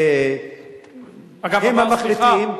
הם המחליטים,